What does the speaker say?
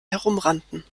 herumrannten